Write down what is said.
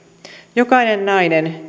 jokainen nainen